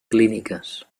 clíniques